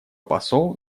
посол